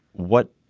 what?